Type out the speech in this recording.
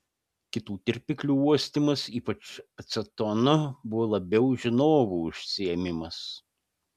kitų tirpiklių uostymas ypač acetono buvo labiau žinovų užsiėmimas